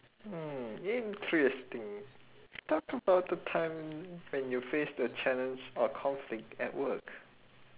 hmm interesting talk about a time when you faced a challenge or conflict at work